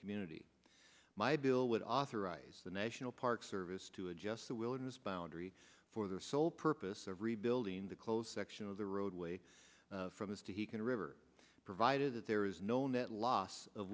community my bill would authorize the national park service to adjust the wilderness boundary for the sole purpose of rebuilding the closed section of the roadway from this to he can river provided that there is no net loss of